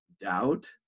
doubt